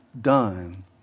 done